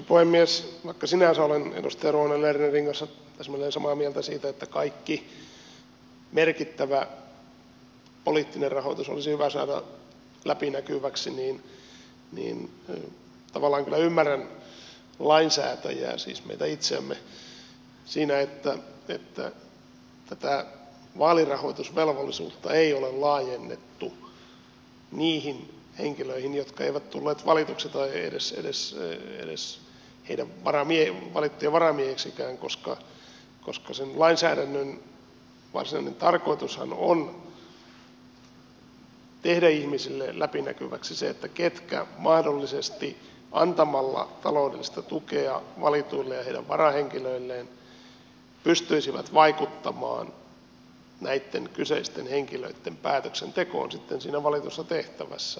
vaikka sinänsä olen edustaja ruohonen lernerin kanssa täsmälleen samaa mieltä siitä että kaikki merkittävä poliittinen rahoitus olisi hyvä saada läpinäkyväksi niin tavallaan kyllä ymmärrän lainsäätäjää siis meitä itseämme siinä että tätä vaalirahoitusvelvollisuutta ei ole laajennettu niihin henkilöihin jotka eivät tulleet valituiksi tai edes valittujen varamiehiinkään koska sen lainsäädännön varsinainen tarkoitushan on tehdä ihmisille läpinäkyväksi se ketkä mahdollisesti antamalla taloudellista tukea valituille ja heidän varahenkilöilleen pystyisivät vaikuttamaan näitten kyseisten henkilöitten päätöksentekoon sitten siinä valitussa tehtävässä